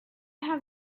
have